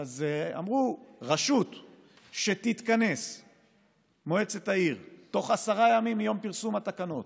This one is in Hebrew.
אמרו שמועצת עיר שתתכנס בתוך עשרה ימים מיום פרסום התקנות